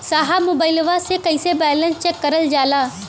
साहब मोबइलवा से कईसे बैलेंस चेक करल जाला?